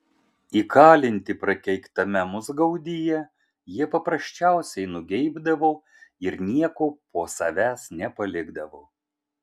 įkalinti prakeiktame musgaudyje jie paprasčiausiai nugeibdavo ir nieko po savęs nepalikdavo